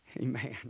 Amen